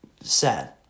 sad